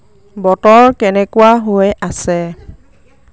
বতৰ কেনেকুৱা হৈ আছে